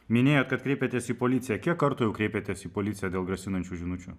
minėjot kad kreipėtės į policiją kiek kartų jau kreipėtės į policiją dėl grasinančių žinučių